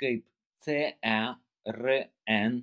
kaip cern